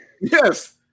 Yes